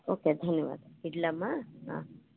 okay ಧನ್ಯವಾದ ಇಡ್ಲಾಮ್ಮಾ ಹಾಂ